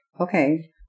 okay